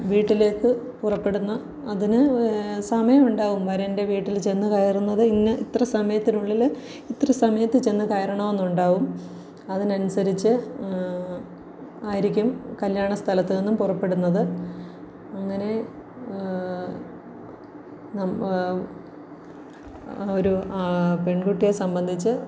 വീട്ടിലേക്ക് പുറപ്പെടുന്ന അതിന് സമയം ഉണ്ടാവും വരൻ്റെ വീട്ടിൽ ചെന്ന് കയറുന്നത് ഇന്ന ഇത്ര സമയത്തിനുള്ളിൽ ഇത്ര സമയത്ത് ചെന്ന് കയറണമെന്നുണ്ടാവും അതിനനുസരിച്ച് ആയിരിക്കും കല്യാണസ്ഥലത്ത് നിന്നും പുറപ്പെടുന്നത് അങ്ങനെ നമ്മൾ ഒരു പെൺകുട്ടിയെ സംബന്ധിച്ച്